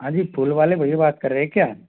हांँ जी फूल वाले भैया बात कर रहे क्या